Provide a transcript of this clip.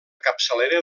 capçalera